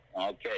Okay